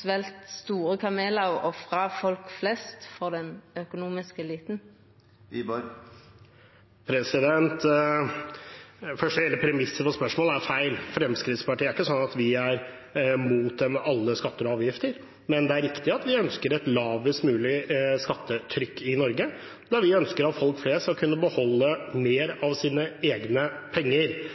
svelgt store kamelar og ofra folk flest for den økonomiske eliten? Hele premisset for spørsmålet er feil. Det er ikke sånn at Fremskrittspartiet er imot alle skatter og avgifter. Men det er riktig at vi ønsker et lavest mulig skattetrykk i Norge, og vi ønsker at folk flest skal kunne beholde mer av sine egne penger.